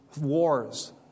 wars